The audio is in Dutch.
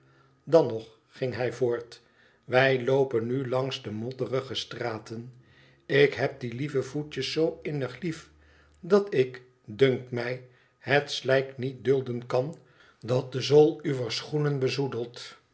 dan nog ging hij voort wij loopen nu langs de modderige straten ik heb die lieve voetjes zoo innig lief dat ik dunkt mij het slijk niet dulden kan dat de zool uwer schoenen bezoedelt